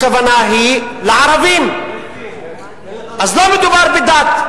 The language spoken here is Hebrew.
הכוונה היא לערבים, אז לא מדובר בדת,